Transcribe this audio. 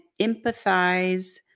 empathize